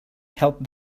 help